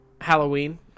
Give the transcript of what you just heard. Halloween